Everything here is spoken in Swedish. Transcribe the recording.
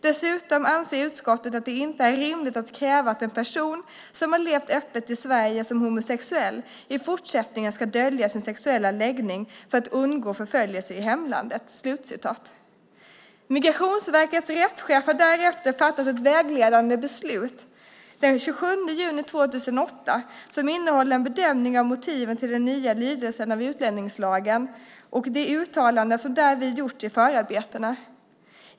Dessutom anser utskottet att det inte är rimligt att kräva att en person som levt öppet i Sverige som homosexuell i fortsättningen skall dölja sin sexuella läggning för att undgå förföljelse i hemlandet." Migrationsverkets rättschef har därefter fattat ett vägledande beslut, den 27 juni 2008, som innehåller en bedömning av motiven till den nya lydelsen av utlänningslagen och de uttalanden som därvid gjorts i förarbetena.